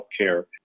healthcare